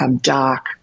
dark